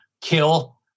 kill